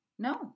No